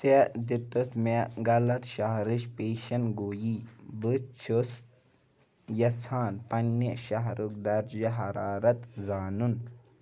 ژےٚ دِتُتھ مےٚ غلط شہرٕچ پیشن گویی بہٕ چُھس یژھان پننہِ شہرُک درجہٕ حرارت زانُن